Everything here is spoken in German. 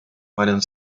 meinen